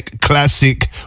classic